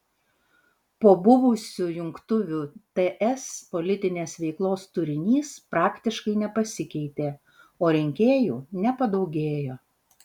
po buvusių jungtuvių ts politinės veiklos turinys praktiškai nepasikeitė o rinkėjų nepadaugėjo